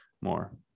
more